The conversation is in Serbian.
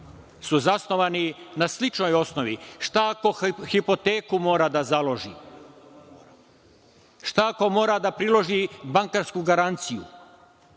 su zasnovani na sličnoj osnovi? Šta ako hipoteku mora da založi? Šta ako mora da priloži bankarsku garanciju?